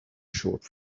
short